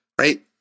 Right